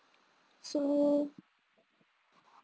so